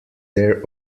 their